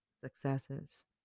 successes